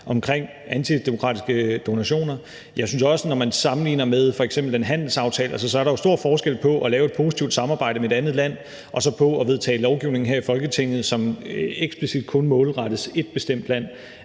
som vi har vedtaget, en chance. Jeg synes også, at når man sammenligner med f.eks. den handelsaftale, så er der jo stor forskel på at lave et positivt samarbejde med et andet land og så på at vedtage lovgivning her i Folketinget, som eksplicit kun målrettes ét bestemt land.